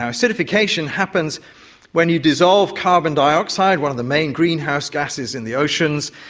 ah acidification happens when you dissolve carbon dioxide, one of the main greenhouse gases in the oceans,